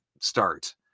start